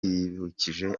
yibukije